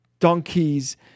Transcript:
donkeys